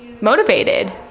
motivated